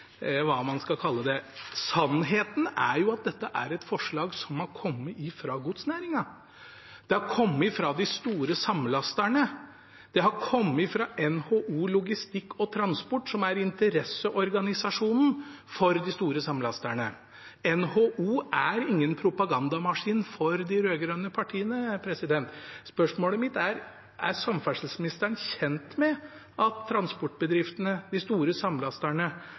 hva man skal kalle det. Sannheten er at dette er et forslag som er kommet fra godsnæringen. Det er kommet fra de store samlasterne – det er kommet fra NHO Logistikk og Transport, som er interesseorganisasjonen for de store samlasterne. NHO er ingen propagandamaskin for de rød-grønne partiene. Spørsmålet mitt er: Er samferdselsministeren kjent med at transportbedriftene, de store samlasterne